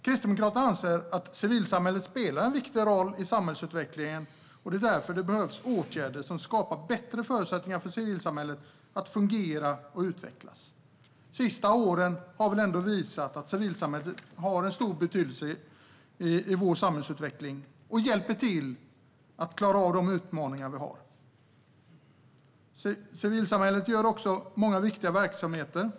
Kristdemokraterna anser att civilsamhället spelar en viktig roll i samhällsutvecklingen och att det därför behövs åtgärder som skapar bättre förutsättningar för civilsamhället att fungera och utvecklas. De senaste åren har väl ändå visat att civilsamhället har en stor betydelse för vår samhällsutveckling och hjälper till att klara de utmaningar vi har. Civilsamhället har många viktiga verksamheter.